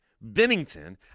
Bennington